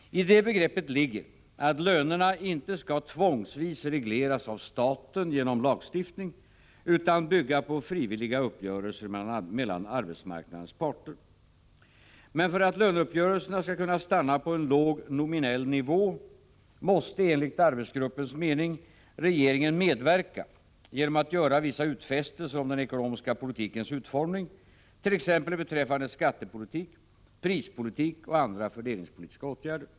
I detta begrepp ligger att lönerna inte skall tvångsvis regleras av staten genom lagstiftning utan bygga på frivilliga uppgörelser mellan arbetsmarknadens parter. Men för att löneuppgörelserna skall kunna stanna på en låg nominell nivå måste enligt arbetsgruppens mening regeringen medverka genom att göra vissa utfästelser om den ekonomiska politikens utformning, t.ex. beträffande skattepolitik, prispolitik och andra fördelningspolitiska åtgärder.